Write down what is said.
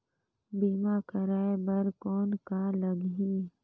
बीमा कराय बर कौन का लगही?